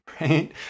right